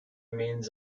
means